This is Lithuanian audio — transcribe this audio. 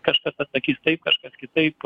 kažkas pasakys taip kažkas kitaip